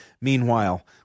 Meanwhile